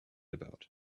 about